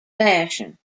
fashion